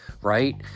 right